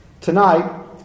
Tonight